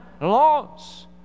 laws